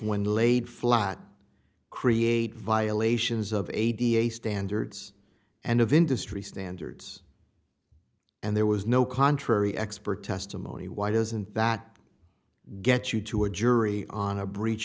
when laid flat create violations of a d h standards and of industry standards and there was no contrary expert testimony why doesn't that get you to a jury on a breach